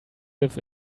live